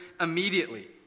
immediately